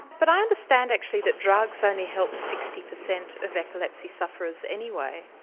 but i understand actually that drugs only help sixty per cent of epilepsy sufferers anyway.